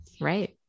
Right